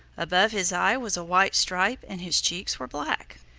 above his eye was a white stripe and his cheeks were black.